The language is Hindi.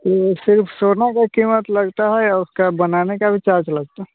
तो सिर्फ़ सोने की क़ीमत लगती है उसका बनाने का भी चार्ज लगता है